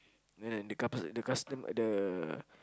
and then the couple the custom the